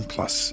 Plus